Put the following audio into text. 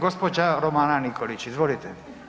Gospođa Romana Nikolić, izvolite.